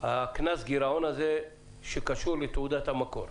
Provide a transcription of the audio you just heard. קנס הגירעון שקשור לתעודת המקור.